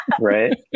right